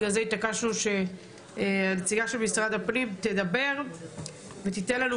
בגלל זה התעקשנו שהנציגה של משרד הפנים תדבר ותיתן לנו